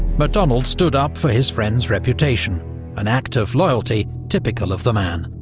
macdonald stood up for his friend's reputation an act of loyalty typical of the man,